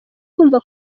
kumva